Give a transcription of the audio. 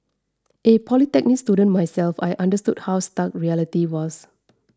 a polytechnic student myself I understood how stark reality was